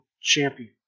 champion